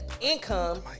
income